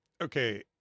okay